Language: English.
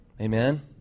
Amen